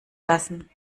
lassen